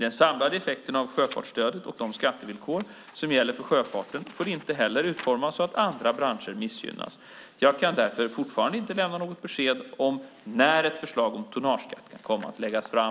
Den samlade effekten av sjöfartsstödet och de skattevillkor som gäller för sjöfarten får inte heller innebära att andra branscher missgynnas. Jag kan därför fortfarande inte lämna något besked om när ett förslag om tonnageskatt kan komma att läggas fram.